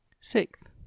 Sixth